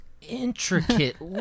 intricate